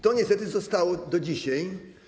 To niestety zostało do dzisiaj.